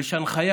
יש הנחיה